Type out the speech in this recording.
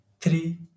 three